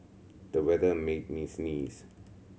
the weather made me sneeze